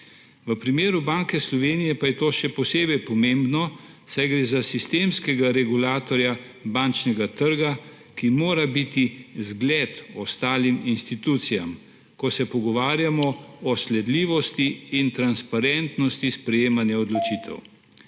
V primeru Banke Slovenije pa je to še posebej pomembno, saj gre za sistemskega regulatorja bančnega trga, ki mora biti vzgled ostalim institucijam, ko se pogovarjamo o sledljivosti in transparentnosti sprejemanja odločitev.